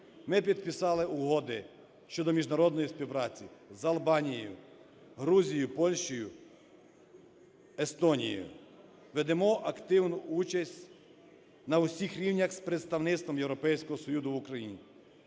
Ми підписали угоди щодо міжнародної співпраці з Албанією, Грузією, Польщею, Естонією. Ведемо активну участь на усіх рівнях з представництвом Європейського Союзу в Україні.